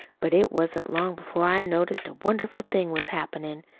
but it wasn't long before i noticed a wonderful thing was happenin'.